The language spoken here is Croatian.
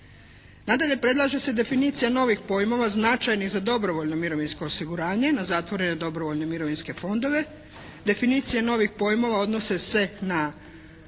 Nadalje, predlaže se definicija novih pojmova značajnih za dobrovoljno mirovinsko osiguranje na zatvorene dobrovoljne mirovinske fondove. Definicije novih pojmova odnose se na